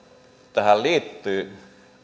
tähän liittyy